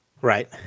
Right